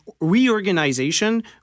reorganization